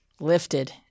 lifted